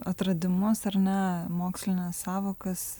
atradimus ar ne mokslines sąvokas